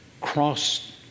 cross